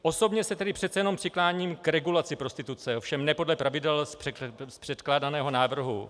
Osobně se tedy přece jenom přikláním k regulaci prostituce, ovšem ne podle pravidel z předkládaného návrhu.